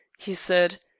he said.